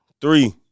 three